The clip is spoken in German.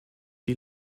die